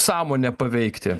sąmonę paveikti